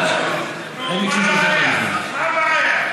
נו, מה הבעיה?